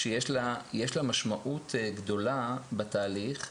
שיש לה משמעות גדולה בתהליך,